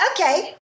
Okay